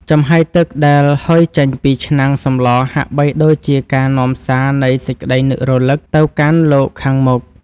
ចំហាយទឹកដែលហុយចេញពីឆ្នាំងសម្លហាក់បីដូចជាការនាំសារនៃសេចក្តីនឹករលឹកទៅកាន់លោកខាងមុខ។